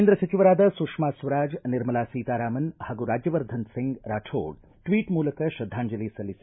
ಕೇಂದ್ರ ಸಚಿವರಾದ ಸುಶ್ಮ ಸ್ವರಾಜ್ ನಿರ್ಮಲಾ ಸೀತಾರಾಮನ್ ಹಾಗೂ ರಾಜ್ಯವರ್ಧನ್ ಸಿಂಗ್ ಟ್ವೀಟ್ ಮೂಲಕ ಶ್ರದ್ದಾಂಜಲಿ ಸಲ್ಲಿಸಿ